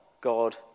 God